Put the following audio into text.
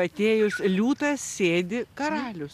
atėjus liūtas sėdi karalius